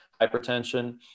hypertension